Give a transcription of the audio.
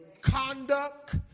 conduct